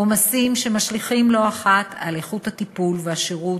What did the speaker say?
עומסים שמשליכים לא אחת על איכות הטיפול והשירות